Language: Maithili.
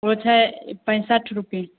ओ छै पैंसठि रुपए